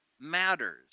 matters